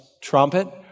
trumpet